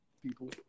people